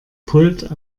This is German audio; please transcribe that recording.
pult